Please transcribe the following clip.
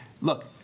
Look